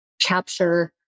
capture